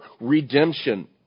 redemption